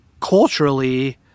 culturally